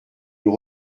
nous